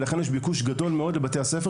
לכן יש ביקוש גדול מאוד לבתי הספר